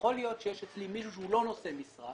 יכול להיות שיש אצלך מישהו שהוא לא נושא משרה,